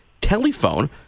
Telephone